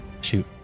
Shoot